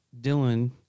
Dylan